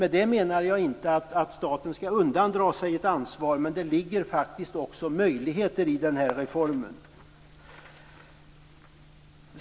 Därmed menar jag inte att staten skall undandra sig ansvar. Det ligger faktiskt också möjligheter i den här reformen.